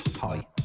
hi